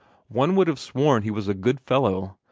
one would have sworn he was a good fellow,